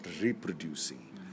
reproducing